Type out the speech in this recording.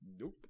Nope